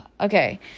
okay